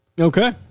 Okay